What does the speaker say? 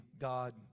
God